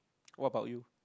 what about you